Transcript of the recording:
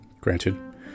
Granted